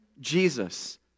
Jesus